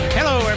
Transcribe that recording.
Hello